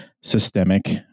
systemic